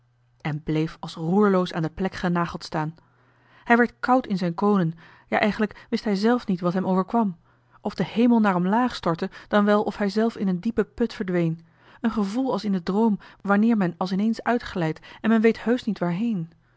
en bleef als roerloos aan de plek genageld staan hij werd koud in zijn koonen ja eigenlijk wist hij zelf niet wat hem overkwam of de hemel naar omlaag stortte dan wel of hij zelf in een diepen put verdween een gevoel als in den droom wanneer men als ineens uitglijdt en men weet heusch niet waarheen